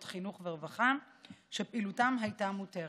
חינוך ורווחה שפעילותם הייתה מותרת.